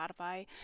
spotify